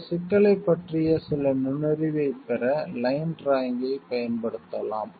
இந்த சிக்கலைப் பற்றிய சில நுண்ணறிவைப் பெற லைன் ட்ராயிங்கைப் பயன்படுத்தலாம்